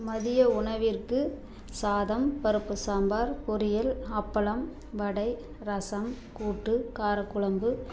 மதிய உணவிற்கு சாதம் பருப்பு சாம்பார் பொரியல் அப்பளம் வடை ரசம் கூட்டு காரக்குழம்பு